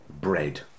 bread